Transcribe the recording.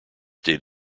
did